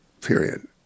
period